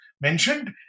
mentioned